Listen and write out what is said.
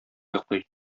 йоклый